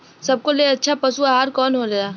सबका ले अच्छा पशु आहार कवन होखेला?